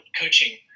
coaching